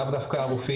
לאו דווקא הרופאים.